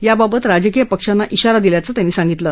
याबाबत राजकीय पक्षांना धिरा दिल्याचं त्यांनी सांगितलं